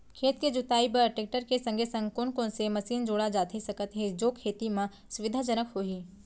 खेत के जुताई बर टेकटर के संगे संग कोन कोन से मशीन जोड़ा जाथे सकत हे जो खेती म सुविधाजनक होही?